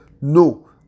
No